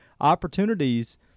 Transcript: opportunities